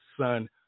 Son